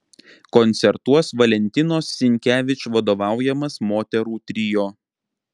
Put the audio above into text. koncertuos valentinos sinkevič vadovaujamas moterų trio